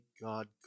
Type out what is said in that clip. God